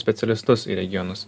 specialistus į regionus